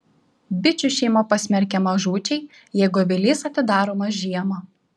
bičių šeima pasmerkiama žūčiai jeigu avilys atidaromas žiemą